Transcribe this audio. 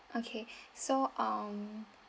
okay so um